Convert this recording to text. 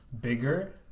bigger